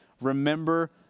Remember